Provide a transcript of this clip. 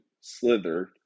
Slither